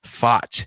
fought